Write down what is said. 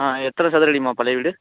ஆ எத்தனை சதுரடிம்மா பழைய வீடு